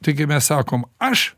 tai kai mes sakom aš